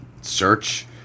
search